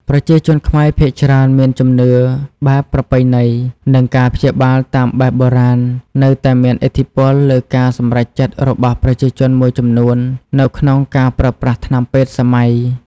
ប្រជាជនខ្មែរភាគច្រើនមានជំនឿបែបប្រពៃណី និងការព្យាបាលតាមបែបបុរាណនៅតែមានឥទ្ធិពលលើការសម្រេចចិត្តរបស់ប្រជាជនមួយចំនួននៅក្នុងការប្រើប្រាស់ថ្នាំពេទ្យសម័យ។